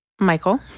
Michael